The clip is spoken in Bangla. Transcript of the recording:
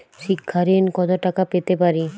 শিক্ষা ঋণ কত টাকা পেতে পারি?